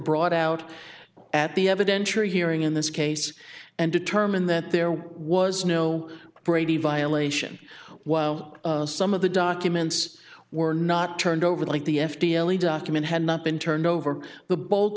brought out at the evidentiary hearing in this case and determine that there was no brady violation while some of the documents were not turned over like the f t l the document had not been turned over the bulk